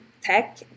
tech